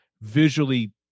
visually